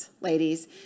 ladies